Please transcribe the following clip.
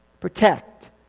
protect